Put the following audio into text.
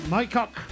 Mycock